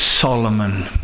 Solomon